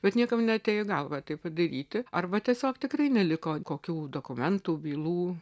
bet niekam neatėjo į galvą tai padaryti arba tiesiog tikrai neliko kokių dokumentų bylų